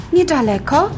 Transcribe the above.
Niedaleko